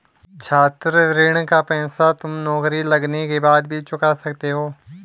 छात्र ऋण का पैसा तुम नौकरी लगने के बाद भी चुका सकते हो